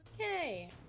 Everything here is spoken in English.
Okay